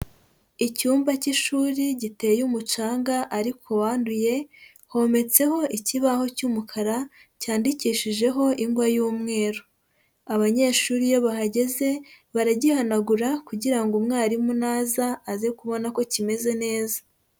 Icyumba cy'ishuri, giteye umucanga, ariko wanduye, hometseho ikibaho cy'umukara ,cyandikishijeho ingwa y'umweru. Abanyeshuri iyo bahageze, baragihanagura, kugira ngo umwarimu naza, aze kubona ko kimeze neza.